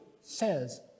says